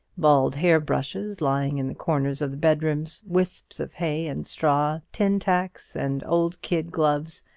bald hair-brushes lying in the corners of the bedrooms, wisps of hay and straw, tin-tacks, and old kid-gloves.